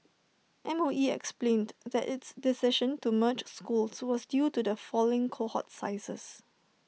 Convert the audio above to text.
M O E explained that its decision to merge schools so was due to the falling cohort sizes